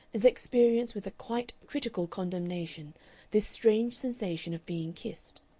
as experience with a quite critical condemnation this strange sensation of being kissed.